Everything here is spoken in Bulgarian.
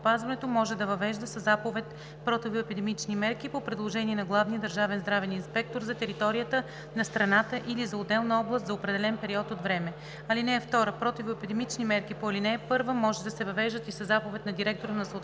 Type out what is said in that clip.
здравеопазването може да въвежда със заповед противоепидемични мерки по предложение на главния държавен здравен инспектор за територията на страната или за отделна област за определен период от време. (2) Противоепидемични мерки по ал. 1 може да се въвеждат и със заповед на директора на